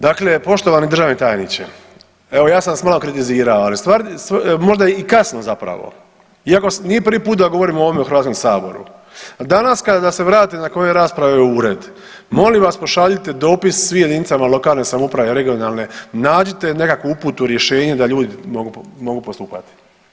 Dakle, poštovani državni tajniče, evo ja sam vas malo kritizirao, ali možda i kasno zapravo iako nije prvi put da govorim o ovome u HS-u, danas kada se vratite nakon ove rasprave u ured, molim vas pošaljite dopis svim jedinicama lokalne samouprave i regionalne, nađite nekakvu uputu, rješenje da ljudi mogu postupati.